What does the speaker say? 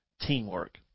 teamwork